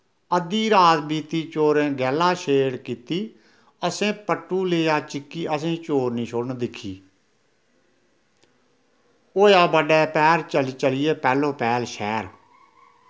अद्धी रात बीती चोरें गैह्ला शेड़ कीती असें पट्टु लेआ चिक्की असें ई चोर निं छोड़न दिक्खी होआ बड्डै पैह्र चल चलिए पैह्लो पैह्ल शैह्र